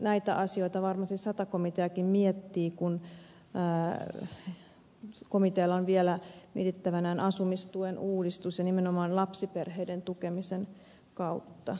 näitä asioita varmasti sata komiteakin miettii kun komitealla on vielä mietittävänään asumistuen uudistus ja nimenomaan lapsiperheiden tukemisen kautta